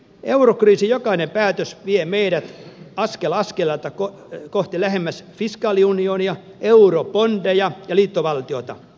eurokriisin jokainen päätös vie meidät askel askeleelta lähemmäksi kohti fiskaaliunionia eurobondeja ja liittovaltiota